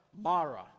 Mara